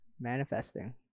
manifesting